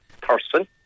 person